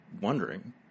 wondering